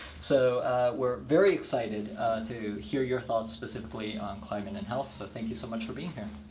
so we're very excited to hear your thoughts specifically on climate and health. so thank you so much for being here.